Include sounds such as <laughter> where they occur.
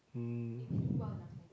mm <breath>